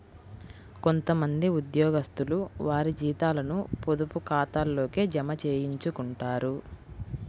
కొంత మంది ఉద్యోగస్తులు వారి జీతాలను పొదుపు ఖాతాల్లోకే జమ చేయించుకుంటారు